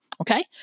Okay